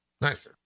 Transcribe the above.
Nice